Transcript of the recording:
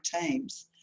teams